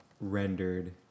rendered